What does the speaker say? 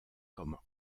comme